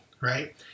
right